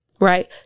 Right